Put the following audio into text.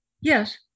Yes